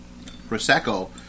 Prosecco